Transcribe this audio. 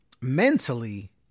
mentally